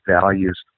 values